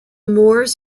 moores